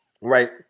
right